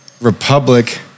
Republic